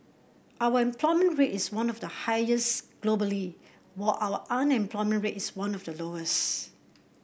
our employment rate is one of the highest globally while our unemployment rate is one of the lowest